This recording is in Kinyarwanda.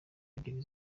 ebyiri